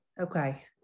Okay